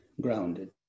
grounded